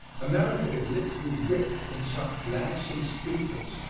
america is literally rich in such gladsome speakers,